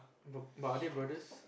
but but are they brothers